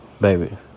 baby